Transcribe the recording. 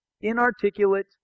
inarticulate